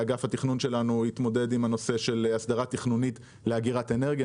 אגף התכנון שלנו התמודד עם הנושא של הסדרה תכנונית לאגירת אנרגיה,